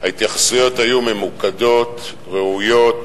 ההתייחסויות היו ממוקדות, ראויות.